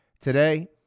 Today